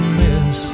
miss